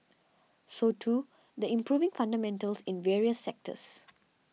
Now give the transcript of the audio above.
so too the improving fundamentals in various sectors